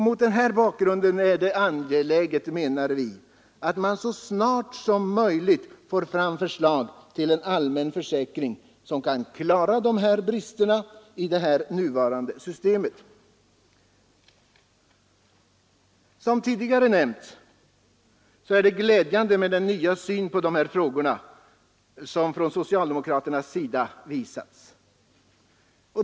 Mot den bakgrunden är det angeläget, menar vi, att så snart som möjligt få fram förslag till en allmän försäkring som kan klara av bristerna i det nuvarande systemet. Som tidigare nämnts är det glädjande med den nya syn på dessa frågor som socialdemokraterna nu tycks ha.